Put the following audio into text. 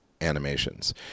Animations